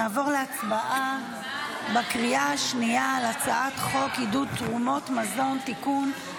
נעבור להצבעה בקריאה השנייה על הצעת חוק עידוד תרומות מזון (תיקון),